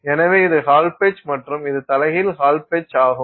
எனவே இது half edge மற்றும் இது தலைகீழ் ஹால் பெட்ச் ஆகும்